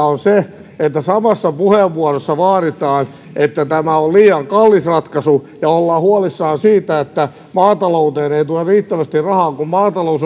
on se että samassa puheenvuorossa todetaan että tämä on liian kallis ratkaisu ja ollaan huolissaan siitä että maatalouteen ei tule riittävästi rahaa kun maatalous